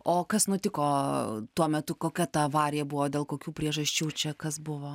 o kas nutiko tuo metu kokia ta avarija buvo dėl kokių priežasčių čia kas buvo